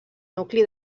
nucli